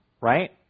right